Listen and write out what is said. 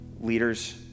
leaders